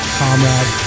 comrade